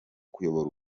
kuyobora